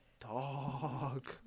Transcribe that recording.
dog